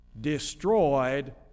destroyed